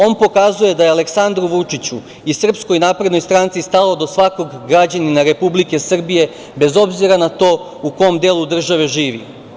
On pokazuje da je Aleksandru Vučiću i SNS stalo do svakog građanina Republike Srbije, bez obzira na to u kom delu države živi.